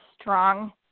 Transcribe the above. strong